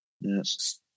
Yes